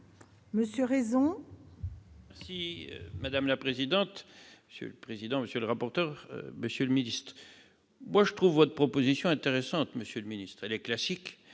Monsieur Raison,